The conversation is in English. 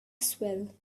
swell